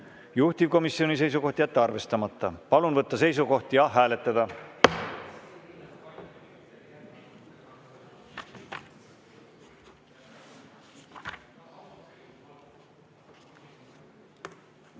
Juhtivkomisjoni seisukoht on jätta arvestamata. Palun võtta seisukoht ja hääletada!